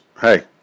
hey